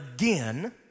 again